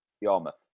Yarmouth